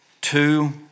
two